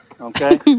okay